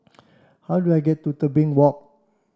how do I get to Tebing Walk